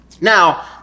Now